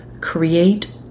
create